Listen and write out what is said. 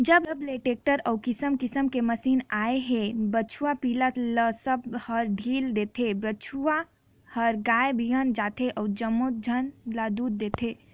जब ले टेक्टर अउ किसम किसम के मसीन आए हे बछवा पिला ल सब ह ढ़ील देथे, बछिया हर गाय बयन जाथे अउ जनमथे ता दूद देथे